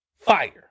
Fire